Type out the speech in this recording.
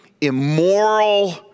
immoral